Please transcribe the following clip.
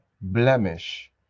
blemish